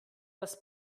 das